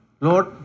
Lord